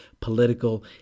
political